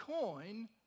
coin